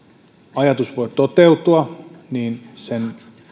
ajatus voi toteutua sen